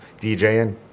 DJing